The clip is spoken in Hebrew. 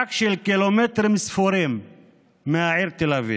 במרחק של קילומטרים ספורים מהעיר תל אביב.